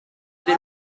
been